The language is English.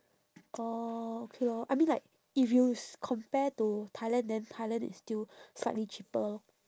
orh okay lor I mean like if you s~ compare to thailand then thailand is still slightly cheaper lor